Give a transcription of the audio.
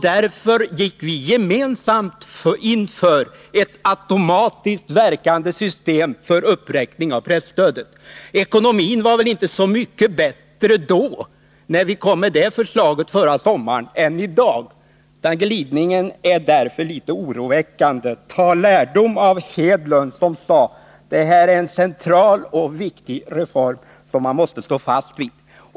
Därför gick vi gemensamt in för ett automatiskt verkande system för uppräkning av presstödet. Ekonomin var väl inte så mycket bättre förra sommaren, när vi kom med det förslaget, än den är i dag. Glidningen är därför litet oroväckande. Ta lärdom av Gunnar Hedlund som sade: Det här är en central och viktig reform som man måste stå fast vid.